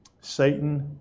Satan